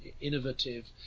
Innovative